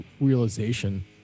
realization